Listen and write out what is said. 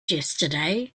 yesterday